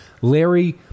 Larry